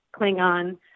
Klingon